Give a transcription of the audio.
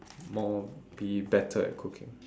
more be better at cooking